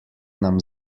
nam